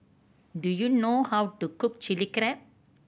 do you know how to cook Chili Crab